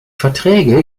verträge